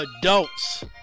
adults